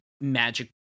magic